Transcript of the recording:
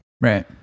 Right